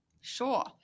Sure